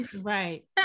right